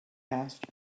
asked